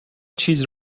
چیز